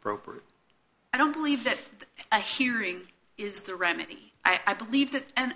appropriate i don't believe that a hearing is the remedy i believe that and